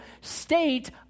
state